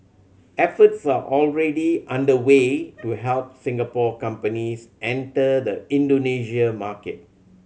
efforts are already underway to help Singapore companies enter the Indonesia market